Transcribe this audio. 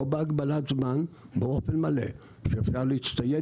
לא בהגבלת זמן באופן מלא שאפשר יהיה להצטייד